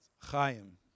Chaim